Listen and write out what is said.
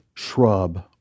Shrub